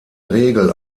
regel